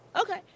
Okay